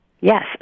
Yes